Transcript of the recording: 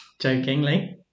Jokingly